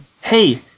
hey